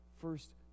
first